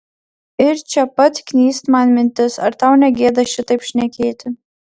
ir čia pat knyst man mintis ar tau negėda šitaip šnekėti